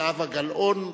זהבה גלאון,